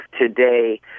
today